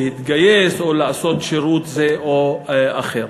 להתגייס או לעשות שירות זה או אחר.